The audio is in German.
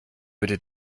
bitte